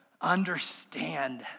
understand